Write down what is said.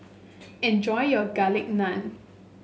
enjoy your Garlic Naan